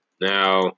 now